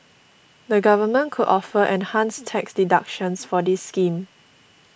the government could offer enhanced tax deductions for this scheme